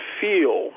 feel